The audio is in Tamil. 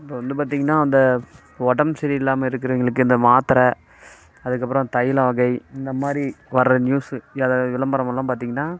இப்போ வந்து பார்த்திங்கனா அந்த உடம்பு சரியில்லாமல் இருக்கிறவங்களுக்கு இந்த மாத்தரை அதுக்கப்புறம் தைலம் வகை இந்தமாதிரி வர்ற நியூஸ்ஸு அதை விளம்பரமெல்லாம் பார்த்திங்கனா